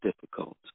difficult